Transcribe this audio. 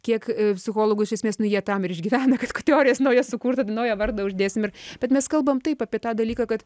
kiek psichologų iš esmės nu jie tam ir išgyvena kad teorijas naujas sukurt tada naują vardą uždėsim ir bet mes kalbam taip apie tą dalyką kad